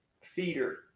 Feeder